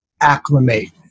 acclimate